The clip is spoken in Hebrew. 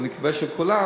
ואני מקווה לכולם,